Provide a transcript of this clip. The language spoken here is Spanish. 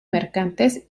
mercantes